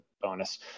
bonus